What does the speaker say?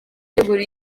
utegura